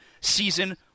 season